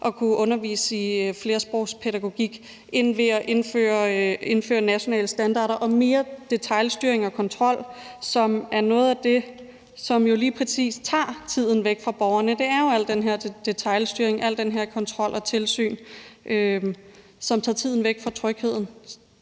at kunne undervise i flersprogspædagogik end ved at indføre nationale standarder og mere detailstyring og kontrol, som er noget af det, som jo lige præcis tager tiden væk fra borgerne. Det er jo al den her detailstyring, al den her kontrol og det her tilsyn, som tager tiden væk den tid, der